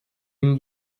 den